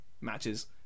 matches